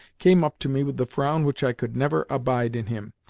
came up to me with the frown which i could never abide in him,